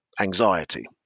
anxiety